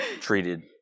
Treated